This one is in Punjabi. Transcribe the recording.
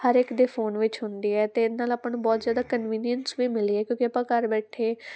ਹਰ ਇੱਕ ਦੇ ਫੋਨ ਵਿੱਚ ਹੁੰਦੀ ਹੈ ਅਤੇ ਇਹ ਨਾਲ ਆਪਾਂ ਨੂੰ ਬਹੁਤ ਜ਼ਿਆਦਾ ਕਨਵੀਨੀਅੰਸ ਵੀ ਮਿਲੀ ਹੈ ਕਿਉਂਕਿ ਆਪਾਂ ਘਰ ਬੈਠੇ